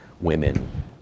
women